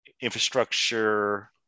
infrastructure